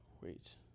wait